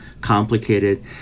complicated